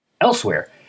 Elsewhere